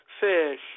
fish